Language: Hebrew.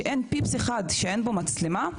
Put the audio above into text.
שאין "פיפס" אחד שאין בו מצלמה,